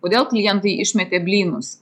kodėl klientai išmetė blynus